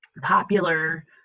popular